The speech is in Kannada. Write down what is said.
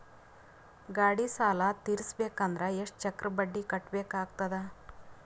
ಗಾಡಿ ಸಾಲ ತಿರಸಬೇಕಂದರ ಎಷ್ಟ ಚಕ್ರ ಬಡ್ಡಿ ಕಟ್ಟಬೇಕಾಗತದ?